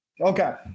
Okay